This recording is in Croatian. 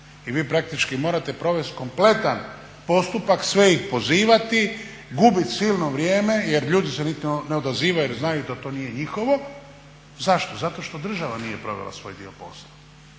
I vi praktički morate provesti kompletan postupak, sve ih pozivati, gubiti silno vrijeme jer ljudi se niti ne odazivaju jer znaju da to nije njihovo. Zašto? Zato što država nije provela svoj dio posla.